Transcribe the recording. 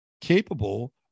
capable